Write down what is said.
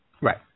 Right